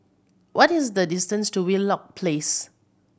what is the distance to Wheelock Place